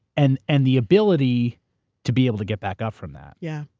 and and the ability to be able to get back up from that. yeah.